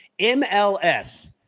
mls